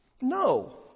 No